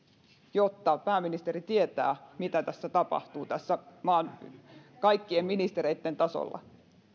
jotta pääministeri tietää mitä tässä tapahtuu maan kaikkien ministereitten tasolla